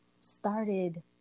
started